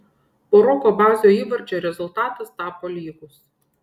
po roko bazio įvarčio rezultatas tapo lygus